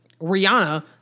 Rihanna